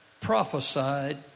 prophesied